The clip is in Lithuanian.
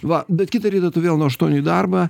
va bet kitą rytą tu vėl nuo aštuonių į darbą